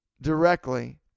directly